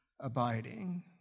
abiding